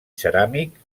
ceràmic